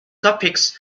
topics